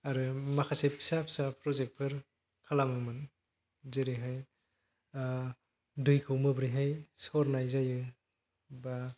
आरो माखासे फिसा फिसा प्रजेक्ट फोर खालामोमोन जेरैहाय दैखौ माबोरैहाय सरनाय जायो बा